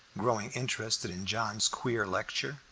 growing interested in john's queer lecture.